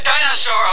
dinosaur